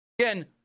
Again